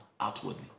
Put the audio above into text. outwardly